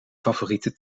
favoriete